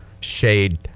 shade